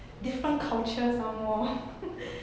different cultures some more